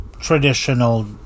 traditional